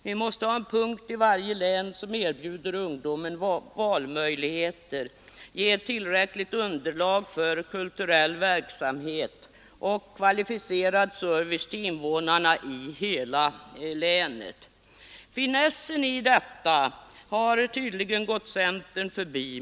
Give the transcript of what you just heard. Vi måste ha en punkt i varje län som erbjuder ungdomen valmöjligheter och ger tillräckligt underlag för kulturell verksamhet och kvalificerad service till invånarna i hela länet. Finessen med detta har tydligen gått centern förbi.